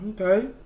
Okay